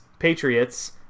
patriots